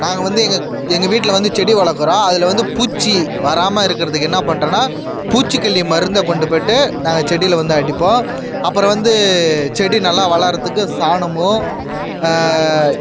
நாங்கள் வந்து எங்கள் எங்கள் வீட்டில் வந்து செடி வளர்க்குறோம் அதில் வந்து பூச்சி வராமல் இருக்குகிறதுக்கு என்ன பண்ணுறன்னா பூச்சிக்கொல்லி மருந்தை கொண்டு போயிட்டு நாங்கள் செடியில் வந்து அடிப்போம் அப்புறம் வந்து செடி நல்லா வளரத்துக்கு சாணமோ